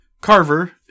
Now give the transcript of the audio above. Carver